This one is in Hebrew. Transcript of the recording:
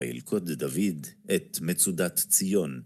וילכוד דוד את מצודת ציון